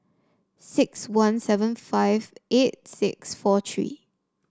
six one seven five eight six four three